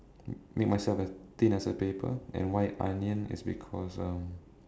make myself as a thin as a paper and why onion is because um